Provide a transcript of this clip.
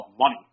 money